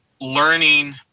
learning